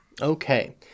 Okay